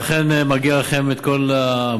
ואכן מגיעות לכם כל הברכות.